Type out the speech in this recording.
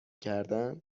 کردن